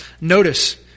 Notice